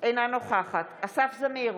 אינה נוכחת אסף זמיר,